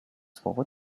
słowo